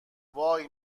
وای